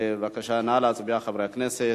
בבקשה, נא להצביע, חברי הכנסת.